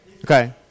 Okay